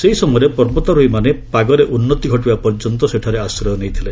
ସେହି ସମୟରେ ପର୍ବତାରୋହୀମାନେ ପାଗରେ ଉନ୍ନତି ଘଟିବା ପର୍ଯ୍ୟନ୍ତ ସେଠାରେ ଆଶ୍ରୟ ନେଇଥିଲେ